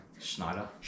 Schneider